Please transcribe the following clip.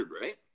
right